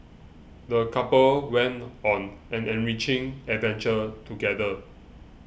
the couple went on an enriching adventure together